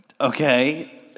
Okay